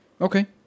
Okay